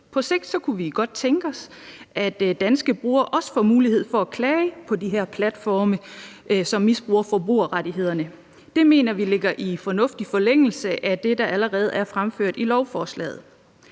På sigt kunne vi godt tænke os, at danske brugere også får mulighed for at klage på de her platforme, som misbruger forbrugerrettighederne. Det mener vi ligger i fornuftig forlængelse af det, der allerede er fremført i lovforslaget.